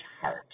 heart